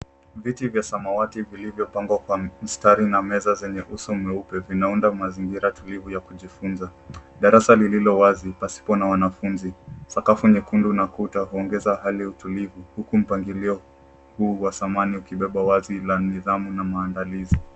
Viti vya samawati vilivyopangwa kwa mstari na meza zenye uso mweupe vinaunda mazingira tulivu ya kujifunza. Darasa lililo wazi pasipo na wanafunzi. Sakafu nyekundu na kuta kuongeza hali tulivu huku mpangilio huu wa samani ukibeba wazi la nidhamu na maandalizi.